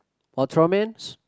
Ultraman